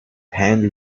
hand